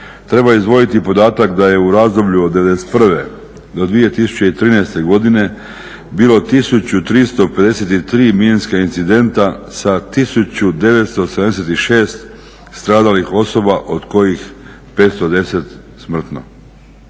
Treba izdvojiti i podatak da je u razdoblju od '91. do 2013. godine bilo 1353 minska incidenta sa 1976 stradalih osoba od kojih 510 smrtno.